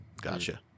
Gotcha